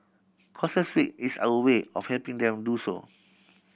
causes Week is our way of helping them do so